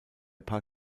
paar